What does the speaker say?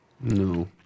No